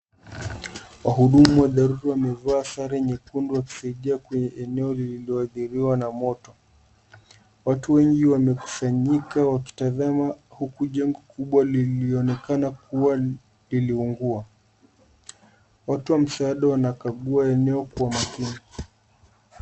Wahudumu wa dharura wamevaa sare nyekundu wakisaidia kwenye eneo lililoadhiriwa na moto. Watu wengi wamekusanyika wakitazama huku jengo kubwa lilionekana kuwa liliungua. Watu wa msaada wanakagua eneo kwa makini.